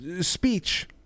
speech